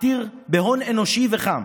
עתיר בהון אנושי וחם,